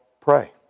pray